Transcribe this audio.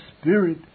spirit